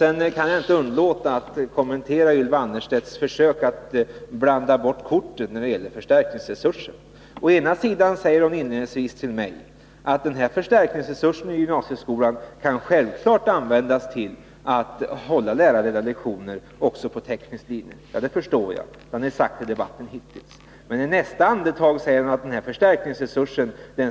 Jag kan vidare inte underlåta att kommentera Ylva Annerstedts försök att blanda bort korten när det gäller förstärkningsresursen. Å ena sidan säger hon till mig att förstärkningsresursen i gymnasieskolan självfallet kan användas till att hålla lärarledda lektioner också på teknisk linje. Det förstår jag, och det har ni hittills sagt i debatten. Å andra sidan säger hon i nästa andetag, att denna förstärkningsresurs